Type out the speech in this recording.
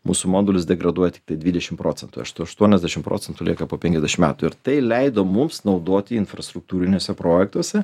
mūsų modulis degraduoja tiktai dvidešimt procentų aštuoniasdešimt procentų lieka po penkiasdešimt metų ir tai leido mums naudoti infrastruktūriniuose projektuose